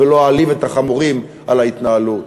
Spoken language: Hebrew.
ולא אעליב את החמורים על ההתנהלות.